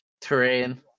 terrain